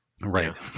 right